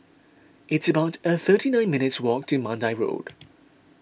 it's about a thirty nine minutes' walk to Mandai Road